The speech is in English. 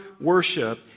worship